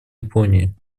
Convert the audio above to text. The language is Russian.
японии